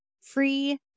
free